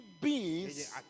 beings